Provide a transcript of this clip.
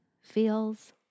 Feels